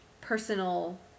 personal